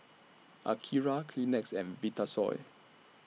Akira Kleenex and Vitasoy